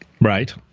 Right